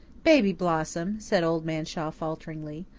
baby blossom, said old man shaw falteringly,